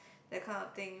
that kind of thing